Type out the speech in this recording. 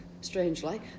strangely